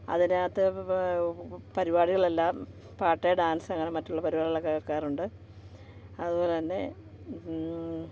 അതിനകത്ത് പരിപാടികളെല്ലാം പാട്ട് ഡാൻസ്സ് അങ്ങനെ മറ്റുള്ള പരിപാടികളൊക്കെ വയ്ക്കാറുണ്ട് അതുപോലെ തന്നെ